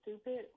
stupid